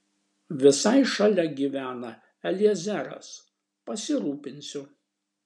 visai šalia gyvena eliezeras pasirūpinsiu